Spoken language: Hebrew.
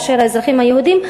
מאשר האזרחים היהודים,